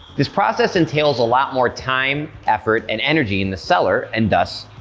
this process entails a lot more time, effort and energy in the cellar and thus,